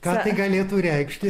ką tai galėtų reikšti